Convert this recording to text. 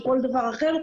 או כל דבר אחר,